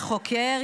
חוקר,